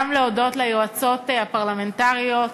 גם להודות ליועצות הפרלמנטריות,